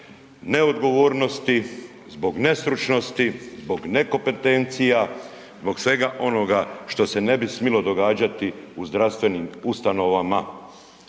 neodgovornosti, zbog nestručnosti, zbog nekompetencija, zbog svega onoga što se ne bi smjelo događati u zdravstvenim ustanovama,